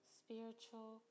spiritual